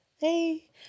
hey